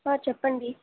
చెప్పండి